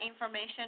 information